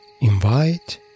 Invite